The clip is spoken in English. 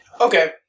Okay